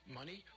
money